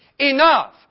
enough